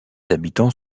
habitants